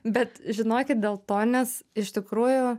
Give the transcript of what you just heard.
bet žinokit dėl to nes iš tikrųjų